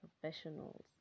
professionals